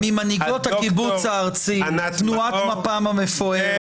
ממנהיגות הקיבוץ הארצי, תנועת מפ"ם המפוארת,